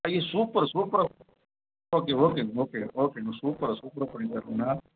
ஐயோ சூப்பர் சூப்பராக ஓகே ஓகேண்ணா ஓகேண்ணா ஓகேண்ணா சூப்பராக சூப்பராக பண்ணித் தருவோங்கண்ணா